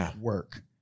work